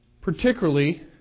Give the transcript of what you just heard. Particularly